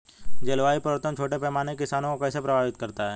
जलवायु परिवर्तन छोटे पैमाने के किसानों को कैसे प्रभावित करता है?